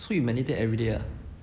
so you meditate everyday ah